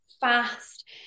fast